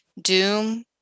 doom